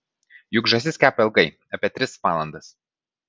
juk žąsis kepa ilgai apie tris valandas